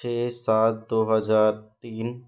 छ सात दो हज़ार तीन